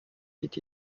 dit